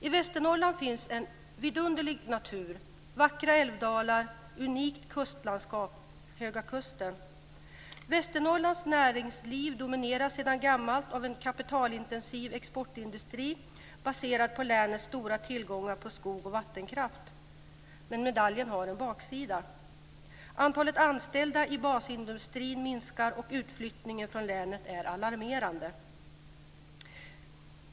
I Västernorrland finns en vidunderlig natur, vackra älvdalar, unikt kustlandskap, Höga kusten. Västernorrlands näringsliv domineras sedan gammalt av kapitalintensiv exportindustri baserad på länets stora tillgångar på skog och vattenkraft. Men medaljen har en baksida. Antalet anställda inom basindustrin minskar, och utflyttningen från länet är alarmerande.